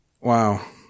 Wow